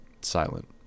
silent